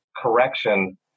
Correction